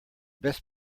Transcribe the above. best